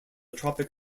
tropic